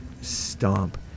Stomp